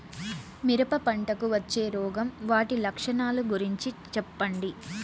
మిరప పంటకు వచ్చే రోగం వాటి లక్షణాలు గురించి చెప్పండి?